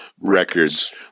Records